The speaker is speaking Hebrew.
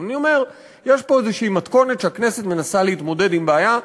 אבל אני אומר: יש פה איזושהי מתכונת שהכנסת מנסה להתמודד עם בעיה,